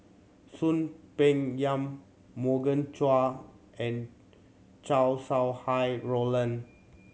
Soon Peng Yam Morgan Chua and Chow Sau Hai Roland